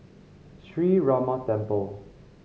Sree Ramar Temple